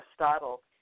Aristotle